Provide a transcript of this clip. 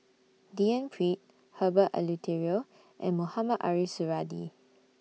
D N Pritt Herbert Eleuterio and Mohamed Ariff Suradi